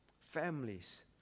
families